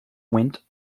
went